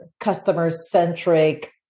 customer-centric